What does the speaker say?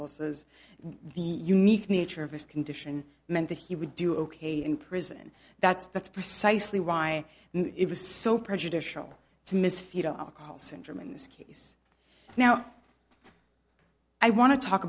the unique nature of his condition meant that he would do ok in prison that's that's precisely why it was so prejudicial to miss fetal alcohol syndrome in this case now i want to talk